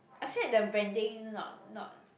I feel that their branding not not